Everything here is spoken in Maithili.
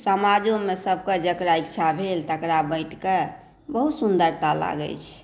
समाजोमे सभके जकरा इच्छा भेल तकरा बाँटिकऽ बहुत सुन्दरता लागै छै